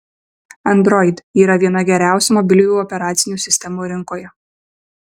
android yra viena geriausių mobiliųjų operacinių sistemų rinkoje